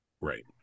Right